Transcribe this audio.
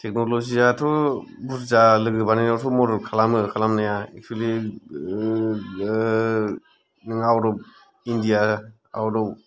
technology आथ' बुरजा लोगो बानायनायावथ' मदद खालामो खालामनाया एक्चुवेलि नों out of India out of